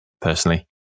personally